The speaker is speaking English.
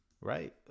right